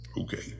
Okay